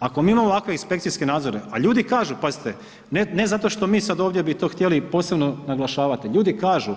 Ako mi imamo ovakve inspekcijske nadzore, a ljudi kažu, pazite ne zato što mi sad ovdje bi to htjeli posebno naglašavati, ljudi kažu